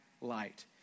light